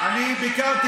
אני ביקרתי